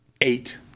eight